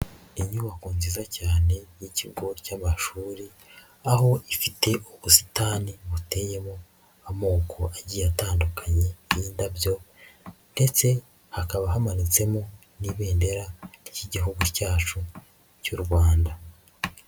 Inyubako nziza cyane y'ikigo cy'amashuri, aho ifite ubusitani buteyemo amoko agiye atandukanye y'indabyo, ndetse hakaba hamanitsemo n'ibendera ry'igihugu cyacu cy'u Rwanda.